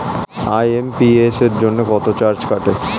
IMPS জন্য কত charge কাটে?